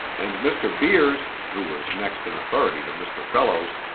and mr. beers, who was next in authority to mr. fellows,